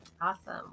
Awesome